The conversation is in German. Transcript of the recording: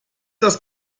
das